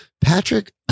Patrick